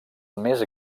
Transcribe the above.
més